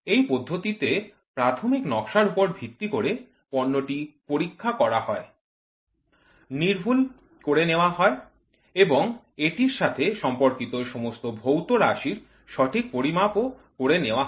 এই পদ্ধতিতে প্রাথমিক নকশার উপর ভিত্তি করে পণ্যটি পরীক্ষা করা হয় নির্ভুল করে নেওয়া হয় এবং এটির সাথে সম্পর্কিত সমস্ত ভৌত রাশির সঠিক পরিমাপও করে নেওয়া হয়